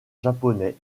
japonais